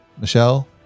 Michelle